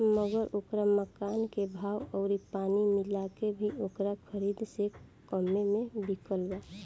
मगर ओकरा मकान के भाव अउरी पानी मिला के भी ओकरा खरीद से कम्मे मे बिकल बा